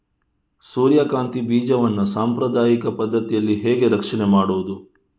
ಸೂರ್ಯಕಾಂತಿ ಬೀಜವನ್ನ ಸಾಂಪ್ರದಾಯಿಕ ಪದ್ಧತಿಯಲ್ಲಿ ಹೇಗೆ ರಕ್ಷಣೆ ಮಾಡುವುದು